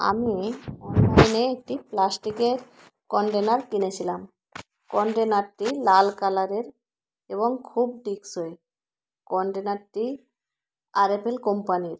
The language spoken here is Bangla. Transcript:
আমি অনলাইনে একটি প্লাস্টিকের কন্টেনার কিনেছিলাম কন্টেনারটি লাল কালারের এবং খুব টিকসই কনটেইনারটি আর এফ এল কোম্পানির